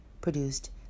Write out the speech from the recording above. produced